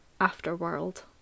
Afterworld